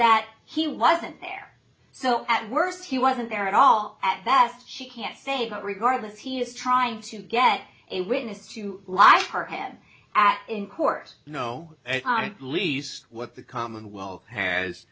that he wasn't there so at worst he wasn't there at all at best she can't say but regardless he is trying to get a witness to lie for him at in court no least what the commonwealth has